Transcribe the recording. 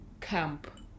camp